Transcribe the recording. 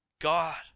God